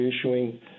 issuing